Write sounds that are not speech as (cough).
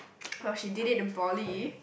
(noise) well she did it in poly